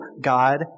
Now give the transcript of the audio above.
God